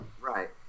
right